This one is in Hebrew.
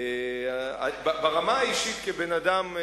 ברמה האישית, כבן-אדם,